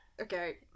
Okay